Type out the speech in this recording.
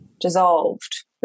dissolved